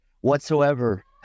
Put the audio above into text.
whatsoever